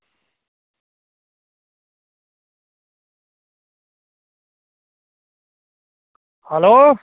hello